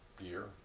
year